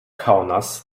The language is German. kaunas